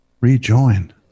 rejoin